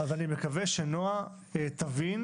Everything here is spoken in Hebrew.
אני מקווה שנועה שוקרון תבין